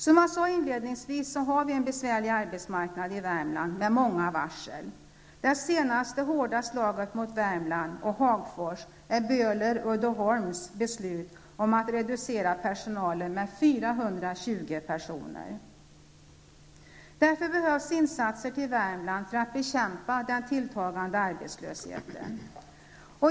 Som jag sade inledningsvis har vi en besvärlig arbetsmarknad i Värmland med många varsel. Det senaste hårda slaget mot Värmland och Hagfors är Därför behövs insatser till Värmland för att bekämpa den tilltagande arbetslösheten.